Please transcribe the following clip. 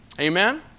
Amen